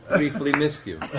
briefly missed you.